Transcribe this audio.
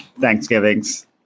Thanksgivings